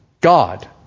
God